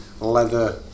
Leather